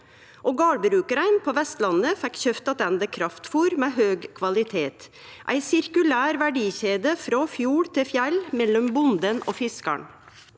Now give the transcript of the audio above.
Gardbrukarane på Vestlandet fekk så kjøpt attende kraftfôr med høg kvalitet – ei sirkulær verdikjede frå fjord til fjell, mellom bonden og fiskaren.